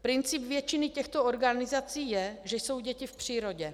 Princip většiny těchto organizací je, že jsou děti v přírodě.